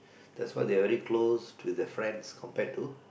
that's why they are very close to their friends compared to